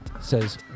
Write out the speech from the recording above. Says